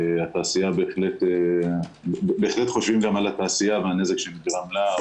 ובהחלט חושבים גם על התעשייה והנזק שנגרם לה,